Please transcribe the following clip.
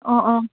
অঁ অঁ